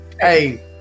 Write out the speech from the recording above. hey